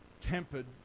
tempered